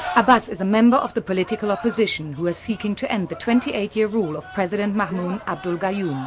abas is a member of the political opposition who is seeking to end the twenty eight year rule of president maumoon abdul gayoom.